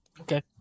Okay